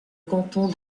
canton